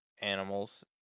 animals